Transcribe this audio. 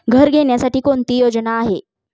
घर घेण्यासाठी कोणती योजना आहे?